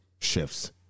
shifts